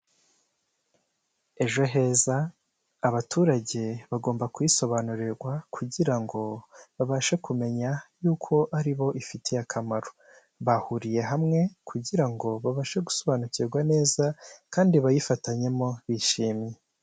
Ejo heza abaturage bagomba kuyisobanurirwa kugira ngo babashe kumenya yuko ari bo ifitiye akamaro, bahuriye hamwe kugira ngo babashe gusobanukirwa neza kandi bayifatanyemo bishimye.